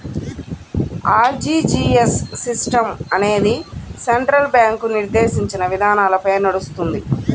RTGS system అనేది central bank నిర్దేశించిన విధానాలపై నడుస్తుంది